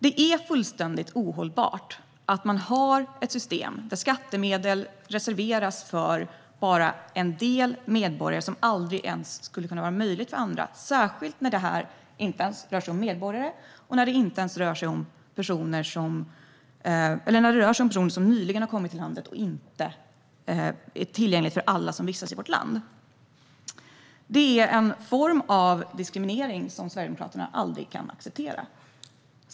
Det är fullständigt ohållbart att man har ett system där skattemedel reserveras för bara en del medborgare, något som aldrig skulle kunna vara möjligt för andra, särskilt när det inte ens rör sig om medborgare utan om personer som nyligen har kommit till landet och medlen inte är tillgängliga för alla som vistas i vårt land. Detta är en form av diskriminering som Sverigedemokraterna aldrig kan acceptera.